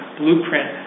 blueprint